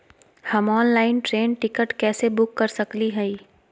हम online train ticket कैसे book कर सकली हई?